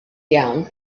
iawn